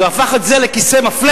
אז הוא הפך את זה לכיסא מפלט.